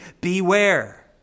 beware